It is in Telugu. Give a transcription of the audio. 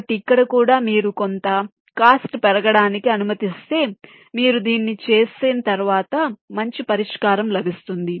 కాబట్టి ఇక్కడ కూడా మీరు కొంత ఖర్చు పెరగడానికి అనుమతిస్తే మీరు దీన్ని చేస్తే తరువాత మంచి పరిష్కారం లభిస్తుంది